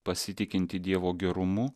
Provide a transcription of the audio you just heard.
pasitikinti dievo gerumu